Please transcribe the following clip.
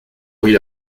bruit